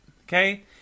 okay